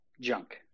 junk